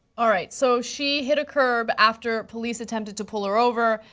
all right, so she hit a curb after police attempted to pull her over.